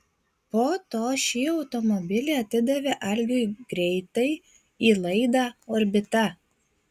po to šį automobilį atidavė algiui greitai į laidą orbita